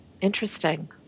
Interesting